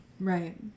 right